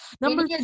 Number